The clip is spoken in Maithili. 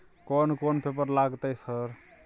कोन कौन पेपर लगतै सर?